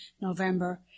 November